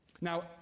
now